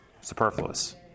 superfluous